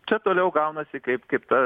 čia toliau gaunasi kaip kaip ta